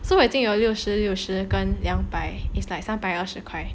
so 我已经有六十六十跟两百 it's like 三百二十块